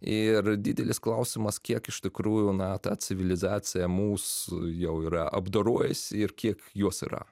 ir didelis klausimas kiek iš tikrųjų na ta civilizacija mus jau yra apdorojus ir kiek jos yra